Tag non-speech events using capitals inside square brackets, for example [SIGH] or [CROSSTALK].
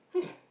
[LAUGHS]